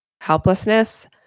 helplessness